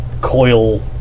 coil